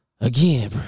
again